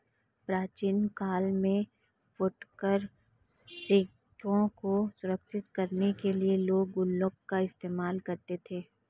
प्राचीन काल में फुटकर सिक्कों को सुरक्षित करने के लिए लोग गुल्लक का इस्तेमाल करते थे